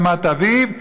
רמת-אביב,